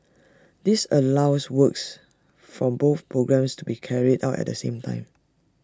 this allows works for both programmes to be carried out at the same time